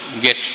get